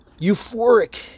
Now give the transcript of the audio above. euphoric